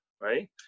right